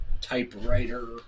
typewriter